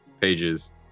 pages